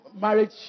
marriage